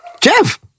Jeff